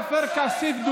עופר כסיף,